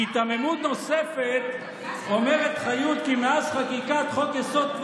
בהיתממות נוספת אומרת חיות כי מאז חקיקת חוק-יסוד: